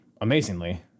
amazingly